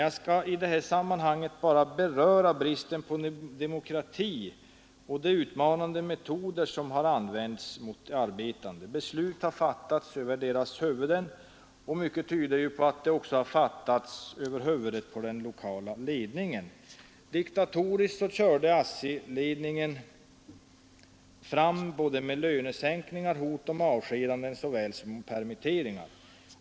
Jag skall i det här sammanhanget bara beröra bristen på demokrati och de utmanande metoder som har använts mot arbetarna. Beslut har fattats över deras huvuden, och mycket tyder också på att de har fattats över huvudet på den lokala ledningen. Diktatoriskt körde ASSI-ledningen fram med såväl lönesänkningar och hot om avskedanden som permitteringar.